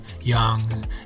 young